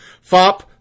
FOP